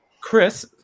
Chris